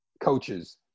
coaches